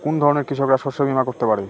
কোন ধরনের কৃষকরা শস্য বীমা করতে পারে?